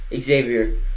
Xavier